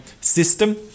system